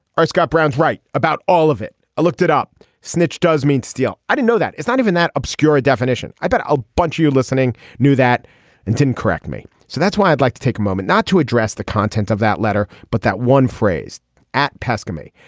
ah scott brown's right about all of it. i looked it up snitch does mean steal i don't know that it's not even that obscure a definition. i bet a bunch of you listening knew that and didn't correct me. so that's why i'd like to take a moment not to address the content of that letter but that one phrase at pesca me.